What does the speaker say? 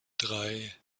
drei